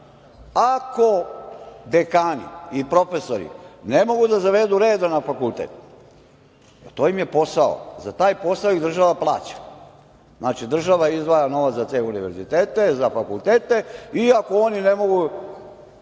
Ako dekani i profesori ne mogu da zavedu red na fakultetu, to im je posao, za taj posao ih država plaća, znači država izdvaja novac za te univerzitete, za fakultete i ako oni ne mogu,